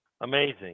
Amazing